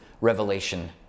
revelation